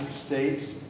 states